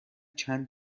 چند